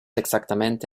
exactamente